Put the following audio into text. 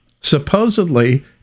Supposedly